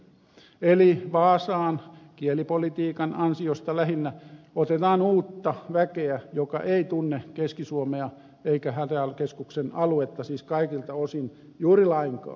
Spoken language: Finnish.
eli vaasaan kielipolitiikan ansiosta lähinnä otetaan uutta väkeä joka ei tunne keski suomea eikä hätäkeskuksen aluetta siis kaikilta osin juuri lainkaan